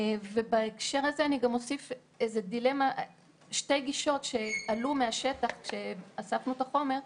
בהקשר הזה אני אוסיף גם שתי גישות שעלו מהשטח כשאספנו את החומר: